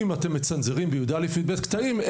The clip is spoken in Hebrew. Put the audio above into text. אם אתם מצנזרים בכיתה י"א-י"ב קטעים,